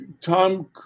Tom